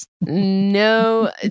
No